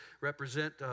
represent